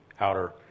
outer